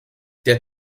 der